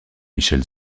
michel